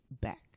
back